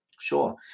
Sure